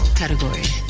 category